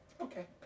okay